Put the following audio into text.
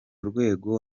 rwego